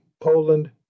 Poland